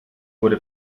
wurde